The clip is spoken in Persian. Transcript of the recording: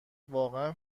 واقعا